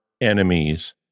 enemies